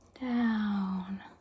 down